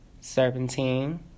serpentine